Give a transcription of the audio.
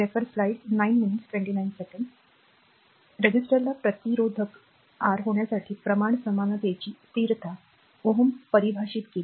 रेझिस्टरला प्रतिरोधक आर होण्यासाठी प्रमाण समानतेची स्थिरता Ω परिभाषित केली